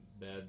bad